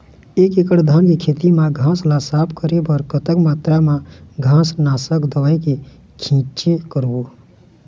एक एकड़ धान के खेत मा घास ला साफ करे बर कतक मात्रा मा घास नासक दवई के छींचे करबो?